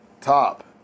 Top